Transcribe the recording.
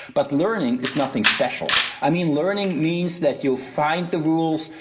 but learning is nothing special. i mean learning means that you find the rules,